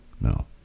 no